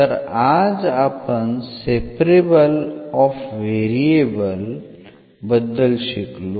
तर आज आपण सेपरेबल ऑफ व्हेरिएबल बद्दल शिकलो